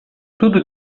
tudo